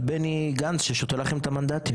על בני גנץ ששותה לכם את המנדטים.